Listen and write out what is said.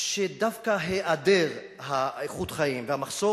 שדווקא היעדר איכות החיים והמחסור